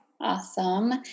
Awesome